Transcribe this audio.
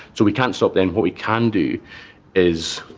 so we can't stop them. what we can do is,